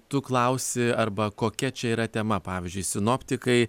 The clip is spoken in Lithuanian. tu klausi arba kokia čia yra tema pavyzdžiui sinoptikai